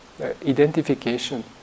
identification